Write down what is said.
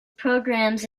programmes